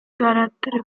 caratteri